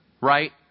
right